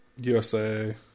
USA